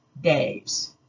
days